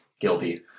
Guilty